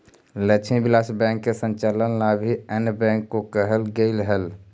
Lakshmi Vilas bank के संचालन ला भी अन्य बैंक को कहल गेलइ हल